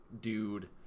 dude